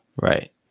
Right